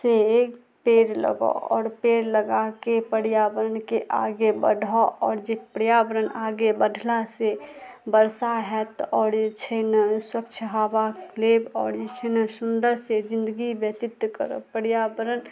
से पेड़ लगाउ आओर पेड़ लगाके पर्यावरणके आगे बढ़ाउ आओर जे पर्यावरण आगे बढ़ला से बरसा होयत आओर जे छै ने स्वच्छ हवा लेब आओर जे छै ने सुन्दर से जिन्दगी व्यतीत करब पर्यावरण